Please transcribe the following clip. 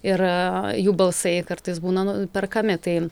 ir jų balsai kartais būna nuperkami tai